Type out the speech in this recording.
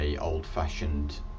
old-fashioned